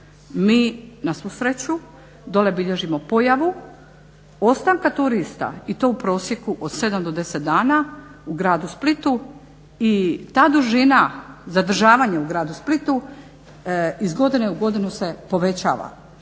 Mi na svu sreću dole bilježimo pojavu ostanka turista i to u prosjeku od 7 do 10 dana u gradu Splitu. I ta dužina zadržavanja u gradu Splitu iz godine u godinu se povećava